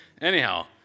Anyhow